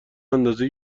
اندازه